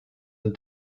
and